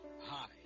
Hi